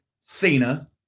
Cena